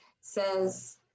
says